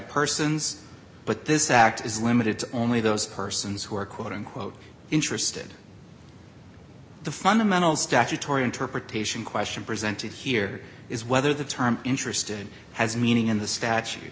persons but this act is limited to only those persons who are quote unquote interested the fundamental statutory interpretation question presented here is whether the term interested has meaning in the statute